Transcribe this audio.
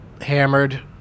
hammered